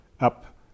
up